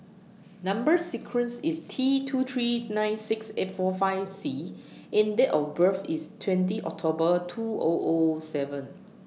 Number sequence IS T two three nine six eight four five C and Date of birth IS twenty October two O O seven